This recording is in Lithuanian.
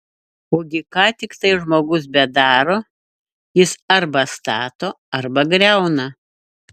ugi ką tiktai žmogus bedaro jis arba stato arba griauna